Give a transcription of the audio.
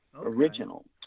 Original